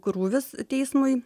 krūvis teismui